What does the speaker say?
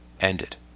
Ended